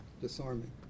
disarming